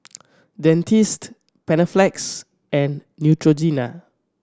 Dentiste Panaflex and Neutrogena